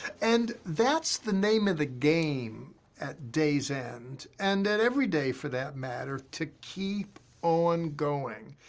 and that's the name of the game at day's end and that every day for that matter, to keep on going.